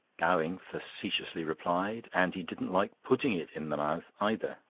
gowing facetiously replied and he didn't like putting it in the mouth either.